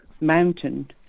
mountain